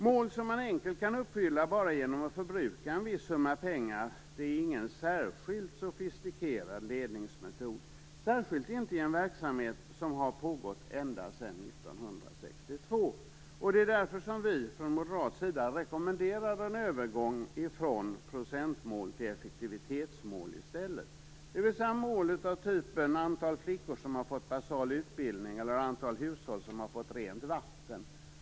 Mål som man enkelt kan uppfylla enbart genom att förbruka en viss summa pengar är ingen särskilt sofistikerad ledningsmetod. Speciellt inte i en verksamhet som pågått ända sedan 1962. Det är därför som vi från moderat sida rekommenderar en övergång från procentmål till effektivitetsmål i stället. Det är mål av typen antal flickor som har fått basal utbildning eller antal hushåll som har fått rent vatten.